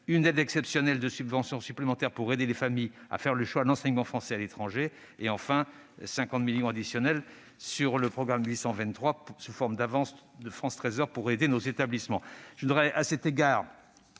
d'une aide exceptionnelle de subventions supplémentaires pour aider les familles à faire le choix de l'enseignement français à l'étranger, enfin, de 50 millions additionnels sur le programme 823, sous la forme d'avances de France Trésor, pour aider nos établissements. Je veux, à cet égard,